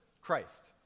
Christ